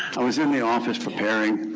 i was in the office preparing,